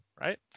right